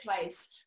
place